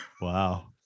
Wow